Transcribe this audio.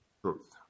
truth